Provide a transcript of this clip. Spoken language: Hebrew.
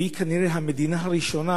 והיא כנראה המדינה הראשונה